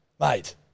mate